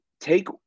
take